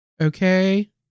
Okay